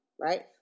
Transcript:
right